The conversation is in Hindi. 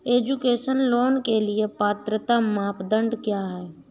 एजुकेशन लोंन के लिए पात्रता मानदंड क्या है?